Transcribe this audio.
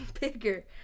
bigger